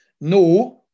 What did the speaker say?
no